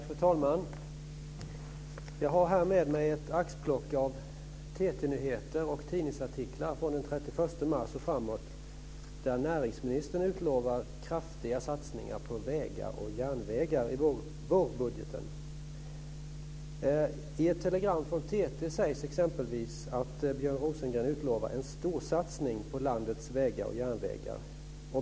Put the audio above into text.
Fru talman! Jag har här med mig ett axplock TT nyheter och tidningsartiklar från den 31 mars och framåt där näringsministern utlovar kraftiga satsningar på vägar och järnvägar i vårbudgeten. I ett telegram från TT sägs exempelvis att Björn Rosengren utlovar en storsatsning på landets vägar och järnvägar.